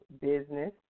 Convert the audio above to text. business